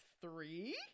three